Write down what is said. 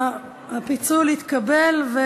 הפיצול התקבל.